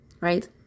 right